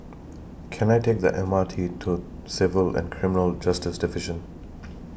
Can I Take The M R T to Civil and Criminal Justice Division